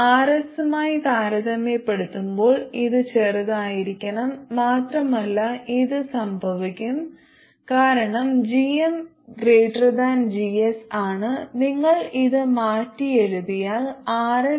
Rs മായി താരതമ്യപ്പെടുത്തുമ്പോൾ ഇത് ചെറുതായിരിക്കണം മാത്രമല്ല ഇത് സംഭവിക്കും കാരണം gm GS ആണ് നിങ്ങൾ ഇത് മാറ്റിയെഴുതിയാൽ Rs 1gm